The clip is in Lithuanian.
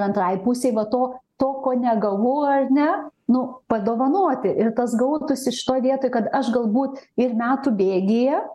antrai pusei vat to to ko negalvojo ar ne nu padovanoti ir tas gautųsi šitoj vietoj kad aš galbūt ir metų bėgyje